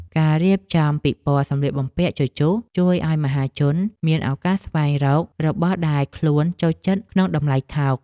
ការរៀបចំពិព័រណ៍សម្លៀកបំពាក់ជជុះ ជួយឱ្យមហាជនមានឱកាសស្វែងរករបស់ដែលខ្លួនចូលចិត្តក្នុងតម្លៃថោក។